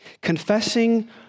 confessing